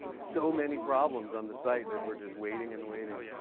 so many problems on the site that we're just waiting and waiting.